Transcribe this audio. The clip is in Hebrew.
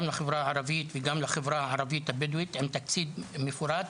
גם לחברה הערבית וגם לחברה הערבית הבדואית עם תקציב מפורט,